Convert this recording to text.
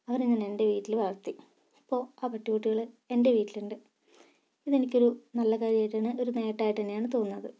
അവരെ ഞാൻ എന്റെ വീട്ടിൽ വളർത്തി ഇപ്പോൾ ആ പട്ടിക്കുട്ടികൾ എന്റെ വീട്ടിലുണ്ട് ഇതെനിക്കൊരു നല്ല കാര്യമായിട്ടാണ് ഒരു നേട്ടമായിട്ടന്നെയാണ് തോന്നുന്നത്